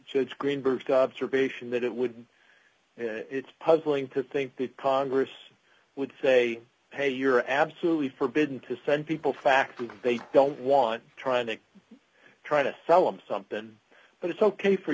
judge greenberg observation that it would it's puzzling to think that congress would say hey you're absolutely forbidden to send people fact they don't want trying to try to sell him something but it's ok for